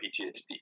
PTSD